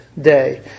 day